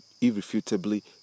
irrefutably